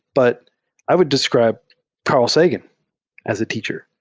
but i would describe car l sagan as a teacher.